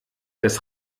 des